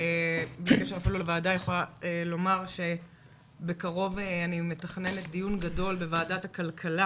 אני יכולה לומר שאני מתכננת דיון גדול בוועדת הכלכלה